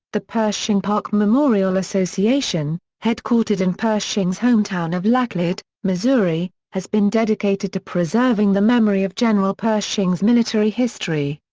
the pershing park memorial association, headquartered in pershing's hometown of laclede, missouri, has been dedicated to preserving the memory of general pershing's military history.